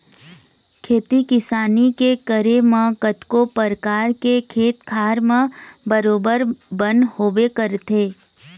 खेती किसानी के करे म कतको परकार के खेत खार म बरोबर बन होबे करथे